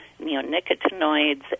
neonicotinoids